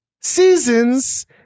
seasons